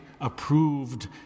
approved